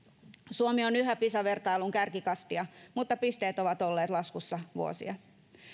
suomi on yhä pisa vertailun kärkikastia mutta pisteet ovat olleet laskussa vuosia